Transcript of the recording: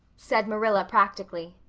said marilla practically.